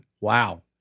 Wow